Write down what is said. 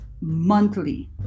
monthly